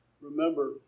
remember